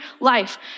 life